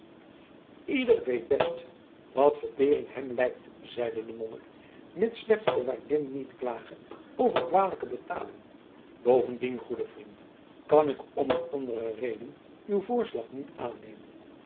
ieder weet best wat vertering hem lijkt zeide de monnik mits slechts de waardin niet klage over kwalijke betaling bovendien goede vriend kan ik om een andere reden uw voorslag niet aannemen